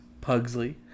Pugsley